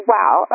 Wow